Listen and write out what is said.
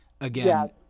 again